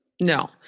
No